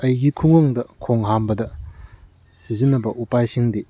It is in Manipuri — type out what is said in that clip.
ꯑꯩꯒꯤ ꯈꯨꯡꯒꯪꯗ ꯈꯣꯡ ꯍꯥꯝꯕꯗ ꯁꯤꯖꯤꯟꯅꯕ ꯎꯄꯥꯏꯁꯤꯡꯗꯤ